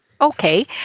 Okay